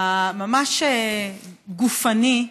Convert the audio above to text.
ממש גופני,